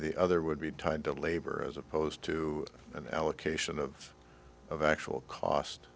the other would be tied to labor as opposed to an allocation of the actual cost